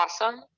awesome